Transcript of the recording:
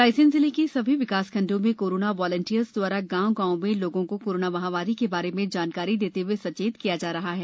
रायसेन जिले के सभी विकासखण्डों में कोरोना वालेंटियर्स दवारा गॉव गॉव में लोगों को कोरोना महामारी के बारे में जानकारी देते हए सचेत किया जा रहा है